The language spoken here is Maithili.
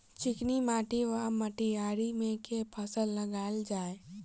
चिकनी माटि वा मटीयारी मे केँ फसल लगाएल जाए?